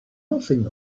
nothing